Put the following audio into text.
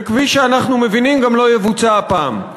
וכפי שאנחנו מבינים גם לא יבוצע הפעם.